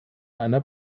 einer